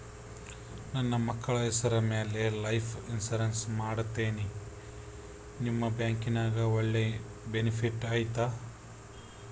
ನನ್ನ ಮಕ್ಕಳ ಹೆಸರ ಮ್ಯಾಲೆ ಲೈಫ್ ಇನ್ಸೂರೆನ್ಸ್ ಮಾಡತೇನಿ ನಿಮ್ಮ ಬ್ಯಾಂಕಿನ್ಯಾಗ ಒಳ್ಳೆ ಬೆನಿಫಿಟ್ ಐತಾ?